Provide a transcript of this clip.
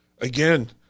Again